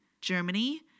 Germany